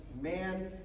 man